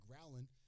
growling